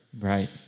Right